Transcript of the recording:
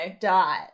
dot